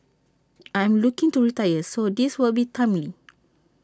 I am looking to retire so this will be timely